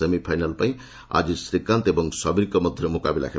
semifinal ପାଇଁ ଆକି ଶ୍ରୀକାନ୍ତ ଓ ସମୀରଙ୍କ ମଧ୍ୟରେ ମୁକାବିଲା ହେବ